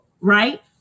Right